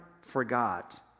forgot